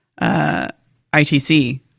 ITC